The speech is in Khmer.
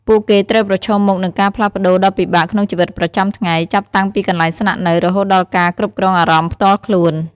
ពួកគេត្រូវប្រឈមមុខនឹងការផ្លាស់ប្ដូរដ៏ពិបាកក្នុងជីវិតប្រចាំថ្ងៃ ចាប់តាំងពីកន្លែងស្នាក់នៅ រហូតដល់ការគ្រប់គ្រងអារម្មណ៍ផ្ទាល់ខ្លួន។